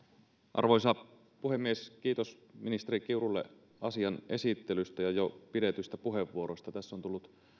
arvoisa puhemies kiitos ministeri kiurulle asian esittelystä ja jo pidetyistä puheenvuoroista tässä on tullut